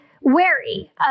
wary